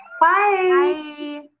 Bye